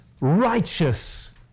righteous